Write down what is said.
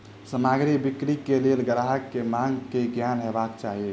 सामग्री बिक्री के लेल ग्राहक के मांग के ज्ञान हेबाक चाही